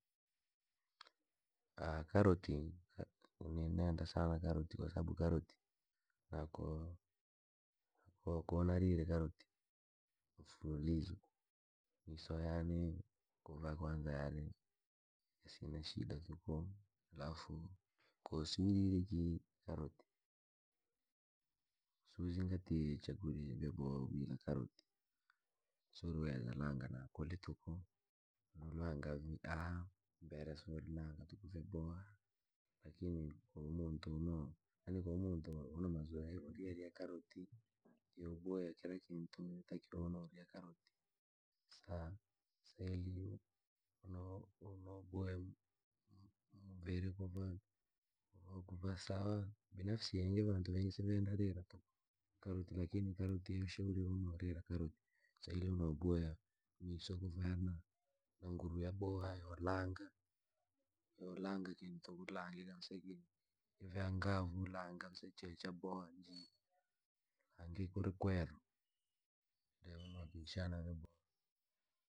Ja nini ko noo tiija pikipiki au gari na ko madoma na shughuli jaane mabo jaane ya muhimu ya huu mbooyan tije pikipiki, gar, au jaa baskeli nosega mfano ambao kwatite